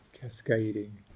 cascading